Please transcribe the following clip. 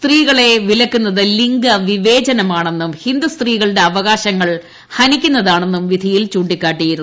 സ്ത്രീകളെ വിലക്കുന്നത് ലിംഗ വിവേചനമാണെന്നും ഹിന്ദു സ്ത്രീകളുടെ അവകാശങ്ങൾ ഹനിക്കുന്നതാണെന്നും വിധിയിൽ ചൂ ിക്കാട്ടിയിരുന്നു